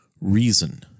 reason